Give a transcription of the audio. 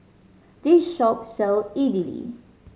this shop sell Idili